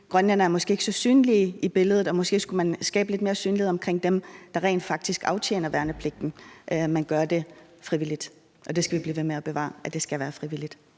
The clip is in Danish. grønlændere måske ikke er så synlige i billedet, og at måske skulle man skabe lidt mere synlighed omkring dem, der rent faktisk aftjener værnepligten, men gør det frivilligt. Det skal vi blive ved med og bevare, altså at det skal være frivilligt.